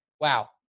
wow